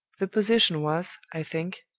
the position was, i think,